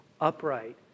upright